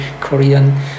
Korean